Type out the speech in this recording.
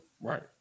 right